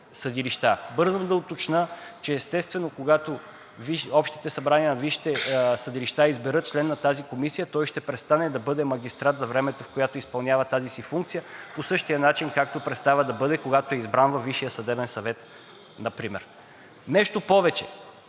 Бързам да уточня, че, естествено, когато общите събрания на висшите съдилища изберат член на тази комисия, той ще престане да бъде магистрат за времето, в което изпълнява тази си функция, по същия начин престава да бъде, когато е избран във Висшия съдебен съвет например. Нещо повече,